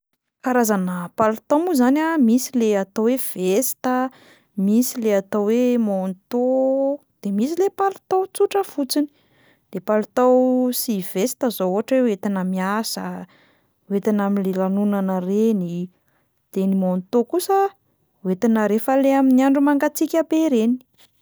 Karazana palitao moa zany a: misy le atao hoe veste a, misy le atao hoe manteau, de misy le palitao tsotra fotsiny; le palitao sy veste zao ohatra hoe ho entina miasa, ho entina amin'le lanonana reny, de ny manteau kosa ho entina rehefa le amin'ny andro mangatsiaka be reny.